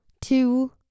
two